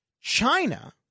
China